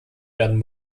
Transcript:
werden